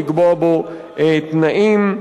לקבוע בו תנאים,